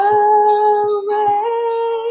away